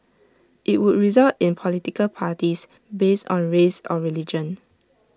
IT would result in political parties based on race or religion